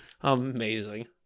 Amazing